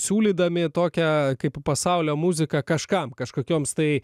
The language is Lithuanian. siūlydami tokią kaip pasaulio muziką kažkam kažkokioms tai